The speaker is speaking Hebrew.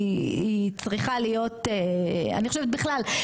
היא צריכה להיות אני חושבת בכלל,